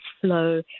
flow